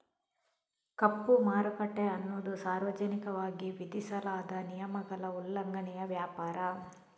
ಕಪ್ಪು ಮಾರುಕಟ್ಟೆ ಅನ್ನುದು ಸಾರ್ವಜನಿಕವಾಗಿ ವಿಧಿಸಲಾದ ನಿಯಮಗಳ ಉಲ್ಲಂಘನೆಯ ವ್ಯಾಪಾರ